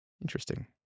Interesting